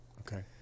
Okay